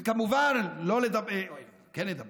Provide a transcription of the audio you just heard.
וכמובן, לא לדבר, כן לדבר,